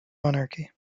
monarchy